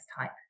type